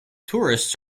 tourists